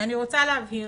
אני רוצה להבהיר.